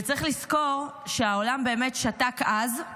וצריך לזכור שהעולם באמת שתק אז,